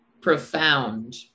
profound